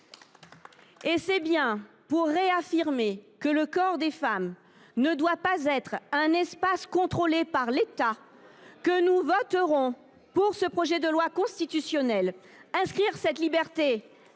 Et c’est bien pour réaffirmer que le corps des femmes ne doit pas être un espace contrôlé par l’État que nous voterons pour ce projet de loi constitutionnelle. Il faut conclure !